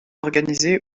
organisé